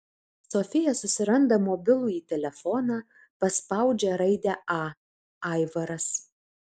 sofija susiranda mobilųjį telefoną paspaudžia raidę a aivaras